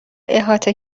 احاطه